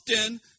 often